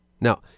Now